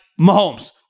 Mahomes